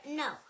no